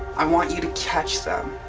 i want you to catch them.